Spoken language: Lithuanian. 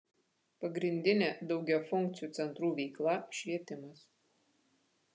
pagrindinė daugiafunkcių centrų veikla švietimas